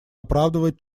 оправдывать